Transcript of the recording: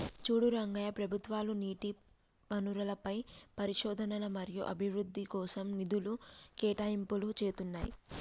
చూడు రంగయ్య ప్రభుత్వాలు నీటి వనరులపై పరిశోధన మరియు అభివృద్ధి కోసం నిధులు కేటాయింపులు చేతున్నాయి